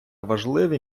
важливе